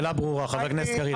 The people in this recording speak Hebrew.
השאלה ברורה, חבר הכנסת קריב.